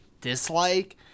dislike